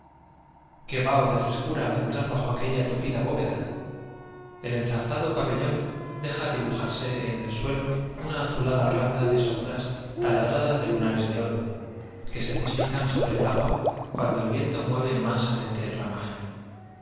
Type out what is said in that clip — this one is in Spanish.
estanque qué baho de frescura al entrar bajo aquella tupida bóveda el enzarzado pabellón deja dibujarse en el suelo randa de sombra taladrada de una azulada lunares de oro que se deslizan sobre el agua cuando el viento mueve mansamente el ramaje